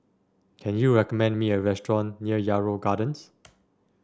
can you recommend me a restaurant near Yarrow Gardens